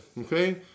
Okay